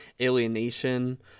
alienation